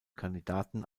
kandidaten